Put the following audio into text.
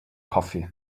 coffee